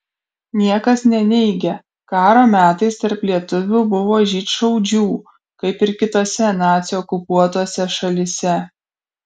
niekas neneigia karo metais tarp lietuvių buvo žydšaudžių kaip ir kitose nacių okupuotose šalyse